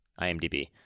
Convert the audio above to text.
IMDB